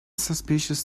suspicious